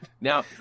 Now